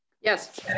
yes